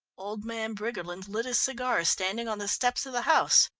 old man briggerland lit his cigar standing on the steps of the house.